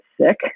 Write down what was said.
sick